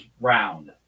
round